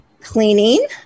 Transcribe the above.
cleaning